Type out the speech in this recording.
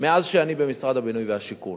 מאז שאני במשרד הבינוי והשיכון.